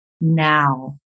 now